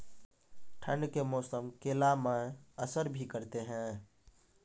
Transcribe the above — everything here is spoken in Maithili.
ठंड के मौसम केला मैं असर भी करते हैं?